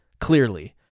clearly